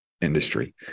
industry